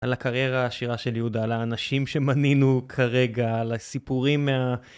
על הקריירה העשירה של יהודה, על האנשים שמנינו כרגע, על הסיפורים מה...